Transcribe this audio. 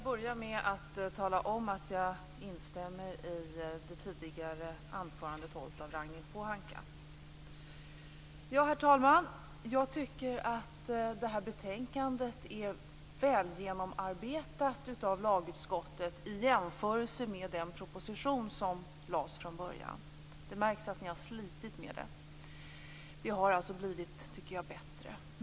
Herr talman! Jag instämmer i det tidigare anförandet av Ragnhild Pohanka. Herr talman! Betänkandet är väl genomarbetat av lagutskottet, i jämförelse med den proposition som lades fram. Det märks att ni har slitit med det. Det har blivit bättre.